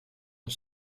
een